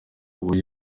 ubwo